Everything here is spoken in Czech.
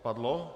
Padlo?